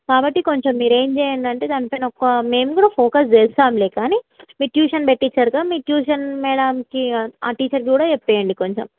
కాబట్టి కొంచెం మీరేం చెయ్యండి అంటే దాని పైన ఒక మేము కూడా ఫోకస్ చేస్తాంలేండి కానీ మీరు ట్యూషన్ పెట్టించారుగా మీ ట్యూషన్ మేడమ్కి ఆ టీచర్కి కూడా చెప్పెయ్యండి కొంచెం